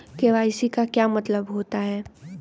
KYC का क्या मतलब होता है?